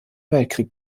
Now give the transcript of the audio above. weltkrieg